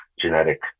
genetic